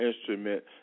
instrument